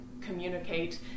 communicate